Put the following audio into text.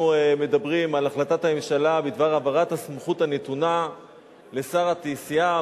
אנחנו מדברים על החלטת הממשלה בדבר העברת הסמכות הנתונה לשר התעשייה,